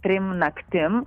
trim naktim